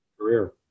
career